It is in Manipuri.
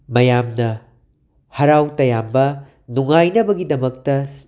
ꯃꯌꯥꯝꯅ ꯍꯔꯥꯎ ꯇꯌꯥꯝꯕ ꯅꯨꯉꯥꯏꯅꯕꯒꯤꯗꯃꯛꯇ